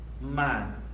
man